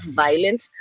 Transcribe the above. violence